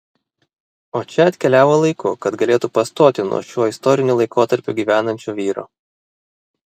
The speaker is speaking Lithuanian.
o čia atkeliavo laiku kad galėtų pastoti nuo šiuo istoriniu laikotarpiu gyvenančio vyro